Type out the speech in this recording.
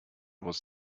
was